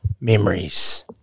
memories